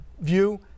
view